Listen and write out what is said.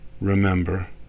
remember